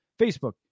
Facebook